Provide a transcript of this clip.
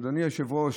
אדוני היושב-ראש,